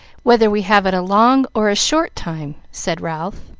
whether we have it a long or a short time, said ralph,